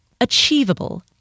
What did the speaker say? achievable